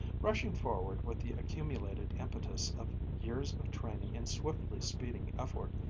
rushing forward with the accumulated impetus of years of training in swiftly speeding effort,